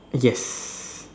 yes